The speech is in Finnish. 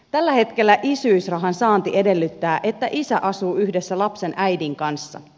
tällä hetkellä isyysrahan saanti edellyttää että isä asuu yhdessä lapsen äidin kanssa